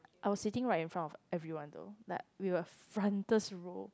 I was sitting right in front of everyone though like we were frontest row